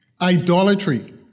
idolatry